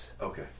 Okay